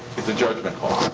it's a judgment call.